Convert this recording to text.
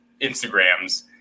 Instagrams